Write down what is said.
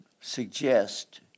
suggest